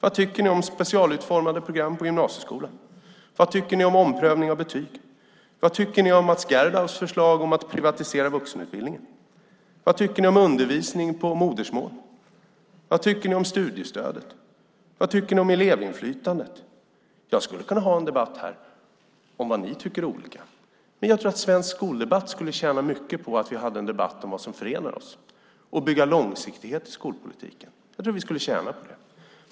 Vad tycker ni om specialutformade program på gymnasieskolan? Vad tycker ni om omprövning av betyg? Vad tycker ni om Mats Gerdaus förslag om att privatisera vuxenutbildningen? Vad tycker ni om undervisning på modersmål? Vad tycker ni om studiestödet? Vad tycker ni om elevinflytandet? Jag skulle kunna ha en debatt här om frågor där ni tycker olika. Men jag tror att svensk skola skulle tjäna mycket på en debatt om vad som förenar oss och att vi bygger långsiktighet i skolpolitiken.